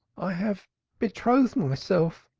i have betrothed myself,